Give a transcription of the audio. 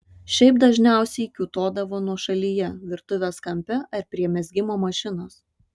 šiaip dažniausiai kiūtodavo nuošalyje virtuvės kampe ar prie mezgimo mašinos